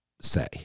say